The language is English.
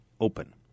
open